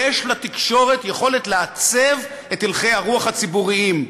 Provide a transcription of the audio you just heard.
יש לתקשורת יכולת לעצב את הלכי הרוח הציבוריים.